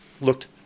looked